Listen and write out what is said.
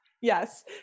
Yes